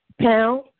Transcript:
pound